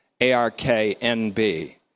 A-R-K-N-B